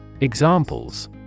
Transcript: Examples